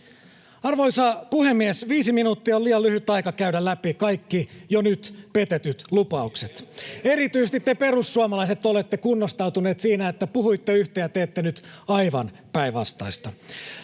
Arvoisa puhemies! Viisi minuuttia on liian lyhyt aika käydä läpi kaikki jo nyt petetyt lupaukset. Erityisesti te perussuomalaiset olette kunnostautuneet siinä, että puhuitte yhtä ja teette nyt aivan päinvastaista.